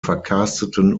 verkarsteten